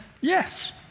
yes